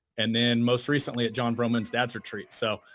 and then most recently, jon vroman's dads retreat. so,